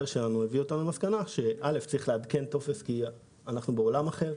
הביא למסקנה שיש לעדכן את הטופס כי אנחנו בעולם אחר,